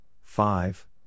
five